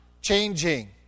changing